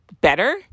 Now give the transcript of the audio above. better